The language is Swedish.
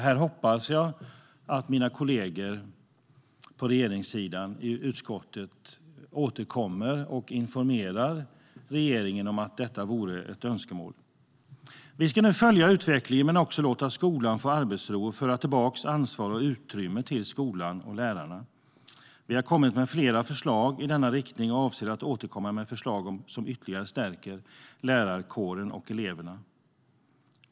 Här hoppas jag att mina kollegor på regeringssidan i utskottet återkommer och informerar regeringen om att detta vore ett önskemål. Vi ska nu följa utvecklingen men också låta skolan få arbetsro och föra tillbaka ansvar och utrymme till skolan och lärarna. Vi har kommit med flera förslag i denna riktning och avser att återkomma med förslag som ytterligare stärker lärarkåren och eleverna.